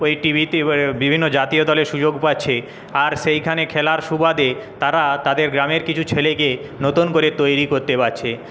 ওই টিভিতে বিভিন্ন জাতীয় দলে সুযোগ পাচ্ছে আর সেইখানে খেলার সুবাদে তারা তাদের গ্রামের কিছু ছেলেকে নতুন করে তৈরি করতে পারছে